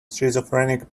schizophrenic